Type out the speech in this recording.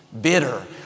bitter